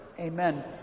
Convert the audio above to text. Amen